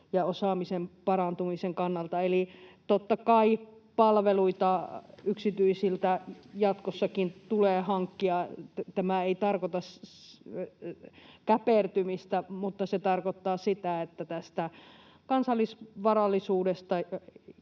ja osaamisen parantumisen kannalta. Eli totta kai palveluita yksityisiltä jatkossakin tulee hankkia. Tämä ei tarkoita käpertymistä, mutta se tarkoittaa sitä, että tästä kansallisvarallisuudesta,